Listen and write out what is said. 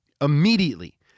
Immediately